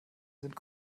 sind